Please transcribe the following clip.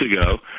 ago